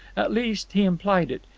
at least, he implied it.